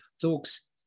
talks